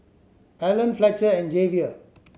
Alan Fletcher and Javier